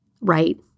right